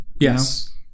Yes